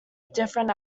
different